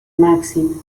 maxim